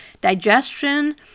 digestion